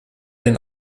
den